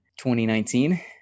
2019